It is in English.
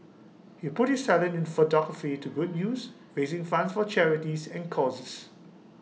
he put his talent in photography to good use raising funds for charities and causes